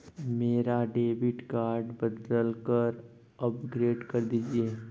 मेरा debit card बदलकर upgrade कर दीजिए